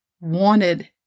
wanted